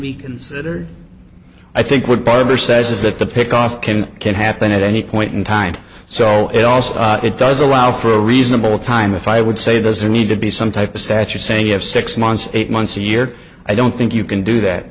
be considered i think what barber says is that the pick off can can happen at any point in time so and also it does allow for a reasonable time if i would say does there need to be some type of stature saying you have six months eight months a year i don't think you can do that